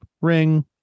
ring